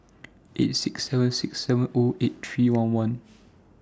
eight six seven six seven O eight three one one